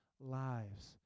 lives